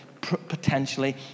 potentially